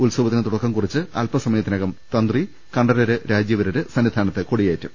ഉത്സ വത്തിന് തുടക്കം കുറിച്ച് അൽപസമയത്തിനകം തന്ത്രി കണ്ഠരര് രാജീവരര് സന്നിധാനത്ത് കൊടിയേറ്റും